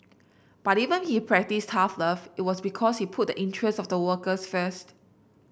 but even he practised tough love it was because he put the interests of the workers first